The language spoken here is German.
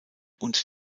und